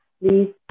please